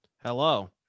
Hello